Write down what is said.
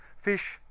fish